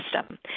system